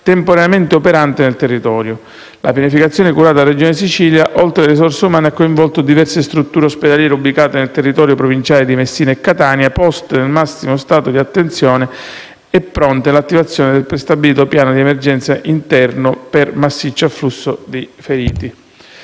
temporaneamente operante nel territorio. La pianificazione curata dalla Regione Siciliana, oltre alle risorse umane, ha coinvolto diverse strutture ospedaliere ubicate nel territorio provinciale di Messina e Catania, poste nel massimo stato di attenzione e pronte all'attivazione del prestabilito piano di emergenza interno per massiccio afflusso di feriti.